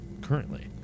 currently